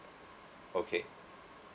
okay